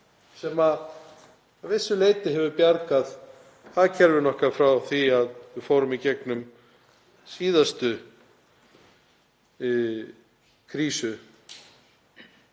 sem að vissu leyti hefur bjargað hagkerfinu okkar frá því að við fórum í gegnum síðustu krísu,